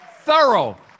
Thorough